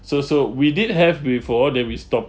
so so we did have before then we stopped